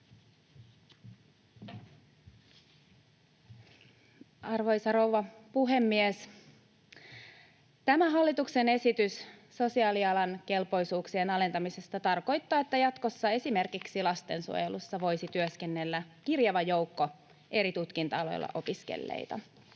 Arvoisa rouva puhemies! Tämä hallituksen esitys sosiaalialan kelpoisuuksien alentamisesta tarkoittaa, että jatkossa esimerkiksi lastensuojelussa voisi työskennellä kirjava joukko eri tutkintoaloilla opiskelleita.